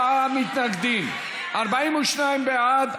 54 מתנגדים, 42 בעד.